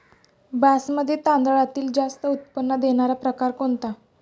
बासमती तांदळातील जास्त उत्पन्न देणारा प्रकार कोणता?